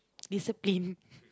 discipline